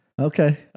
Okay